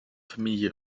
familie